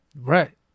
Right